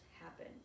happen